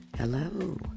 Hello